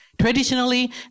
Traditionally